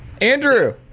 Andrew